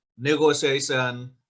negotiation